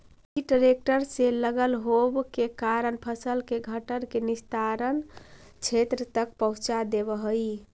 इ ट्रेक्टर से लगल होव के कारण फसल के घट्ठर के निस्तारण क्षेत्र तक पहुँचा देवऽ हई